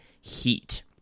Heat